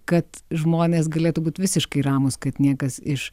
kad žmonės galėtų būt visiškai ramūs kad niekas iš